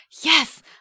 yes